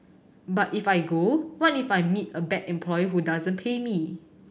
but if I go what if I meet a bad employer who doesn't pay me